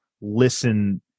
listen